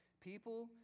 People